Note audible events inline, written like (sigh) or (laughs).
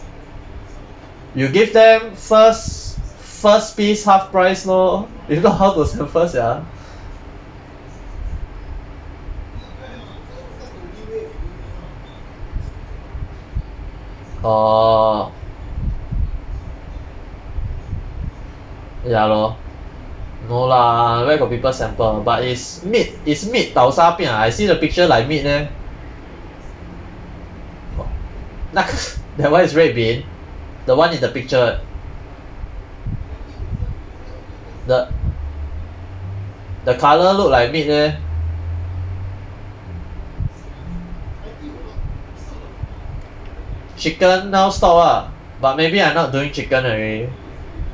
you give them first first piece half price lor if not how to sample sia orh ya lor no lah where got people sample but it's meat it's meat tau sa piah I see the picture like meat eh (laughs) that one is red bean the one in the picture the the colour look like meat eh chicken now stop ah but maybe I not doing chicken already